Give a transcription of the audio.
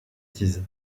bêtises